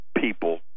people